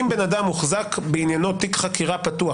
אם בן אדם הוחזק בעניינו תיק חקירה פתוח